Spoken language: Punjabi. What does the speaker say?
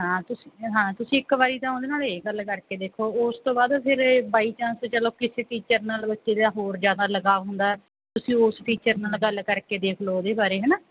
ਹਾਂ ਤੁਸੀਂ ਹਾਂ ਤੁਸੀਂ ਇੱਕ ਵਾਰੀ ਤਾਂ ਉਹਦੇ ਨਾਲ ਇਹ ਗੱਲ ਕਰਕੇ ਦੇਖੋ ਉਸ ਤੋਂ ਬਾਅਦ ਫਿਰ ਬਾਈ ਚਾਂਸ ਚਲੋ ਕਿਸੇ ਟੀਚਰ ਨਾਲ ਬੱਚੇ ਦਾ ਹੋਰ ਜ਼ਿਆਦਾ ਲਗਾਅ ਹੁੰਦਾ ਤੁਸੀਂ ਉਸ ਟੀਚਰ ਨਾਲ ਗੱਲ ਕਰਕੇ ਦੇਖ ਲਓ ਉਹਦੇ ਬਾਰੇ ਹੈ ਨਾ